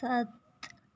सत्त